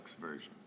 version